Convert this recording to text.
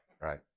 right